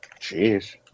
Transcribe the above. Jeez